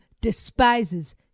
despises